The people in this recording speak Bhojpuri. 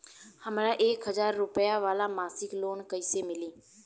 हमरा एक हज़ार रुपया वाला मासिक लोन कईसे मिली?